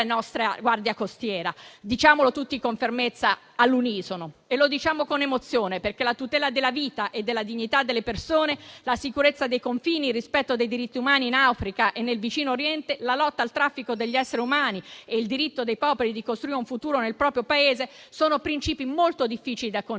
Diciamolo tutti con fermezza e all'unisono. Lo diciamo con emozione perché la tutela della vita e della dignità delle persone, la sicurezza dei confini, il rispetto dei diritti umani in Africa e nel vicino Oriente, la lotta al traffico degli esseri umani e il diritto dei popoli di costruire un futuro nel proprio Paese sono principi molto difficili da conciliare,